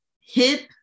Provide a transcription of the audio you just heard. hip